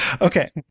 Okay